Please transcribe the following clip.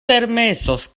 permesos